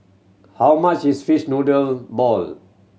how much is fish noodle ball